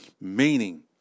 Meaning